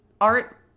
art